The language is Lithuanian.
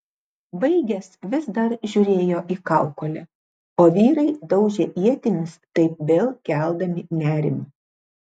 baigęs vis dar žiūrėjo į kaukolę o vyrai daužė ietimis taip vėl keldami nerimą